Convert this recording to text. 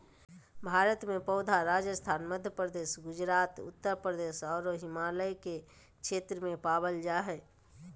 भारत में पौधा राजस्थान, मध्यप्रदेश, गुजरात, उत्तरप्रदेश आरो हिमालय के क्षेत्र में पावल जा हई